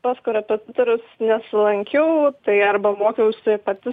pas korepetitorius nesilankiau tai arba mokiausi pati